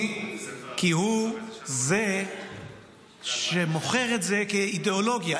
כי הוא זה שמוכר את זה כאידיאולוגיה.